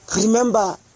Remember